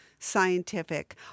Scientific